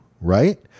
Right